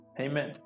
amen